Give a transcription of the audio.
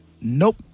Nope